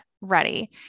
ready